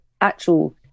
actual